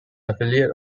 affiliate